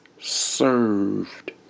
served